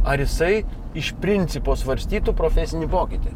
ar jisai iš principo svarstytų profesinį pokytį